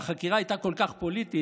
והחקירה הייתה כל כך פוליטית,